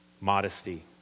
Modesty